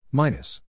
minus